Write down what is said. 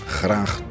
graag